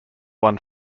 won